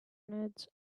nerds